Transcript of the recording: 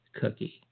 cookie